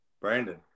Brandon